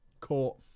Court